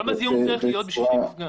כמה זיהום צריך להיות בשביל שזה יהיה מפגע?